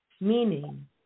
Meaning